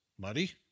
muddy